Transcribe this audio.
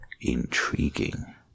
intriguing